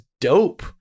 dope